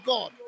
God